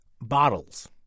bottles